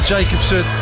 Jacobson